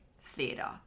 theatre